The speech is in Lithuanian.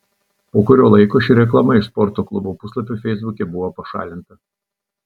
po kurio laiko ši reklama iš sporto klubo puslapio feisbuke buvo pašalinta